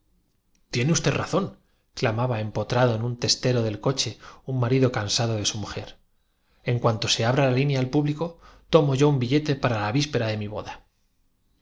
casado los tero del coche un marido cansado de hombres si tenía alguna condecoración y todos si era su mujer en cuanto se abra la línea al público tomo yo un billete pariente de frascuelo para la víspera de mi boda